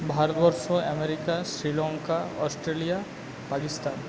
Bharatvarsha America Sri Lanka Australia Pakistan